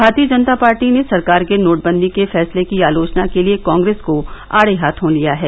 भारतीय जनता पार्टी ने सरकार के नोटबंदी के फैसले की आलोचना के लिए कांग्रेस को आड़े हाथों लिया है